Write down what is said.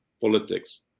politics